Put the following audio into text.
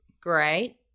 great